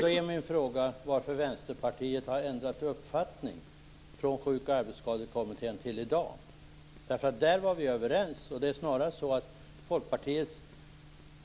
Då är min fråga: Varför har Vänsterpartiet ändrat uppfattning från Sjuk och arbetsskadekommittén till i dag? Där var vi överens. Det är snarare så att Folkpartiet